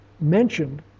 mentioned